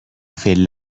fait